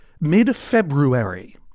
mid-February